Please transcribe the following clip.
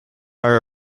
are